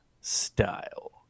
style